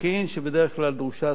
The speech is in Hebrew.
כשבדרך כלל דרושה הסכמה